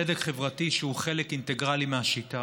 צדק חברתי שהוא חלק אינטגרלי מהשיטה.